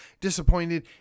disappointed